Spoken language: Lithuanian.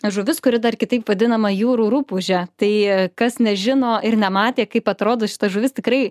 žuvis kuri dar kitaip vadinama jūrų rupūže tai kas nežino ir nematė kaip atrodo šita žuvis tikrai